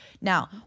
Now